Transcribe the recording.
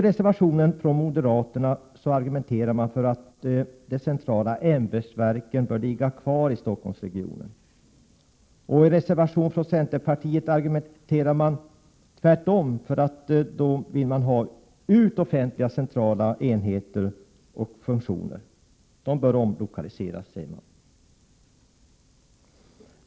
I reservationen från moderaterna argumenteras för att de centrala ämbetsverken bör ligga kvar i Stockholmsregionen, och i reservationen från centerpartiet argumenteras tvärtom för att offentliga centrala enheter och funktioner bör utlokaliseras.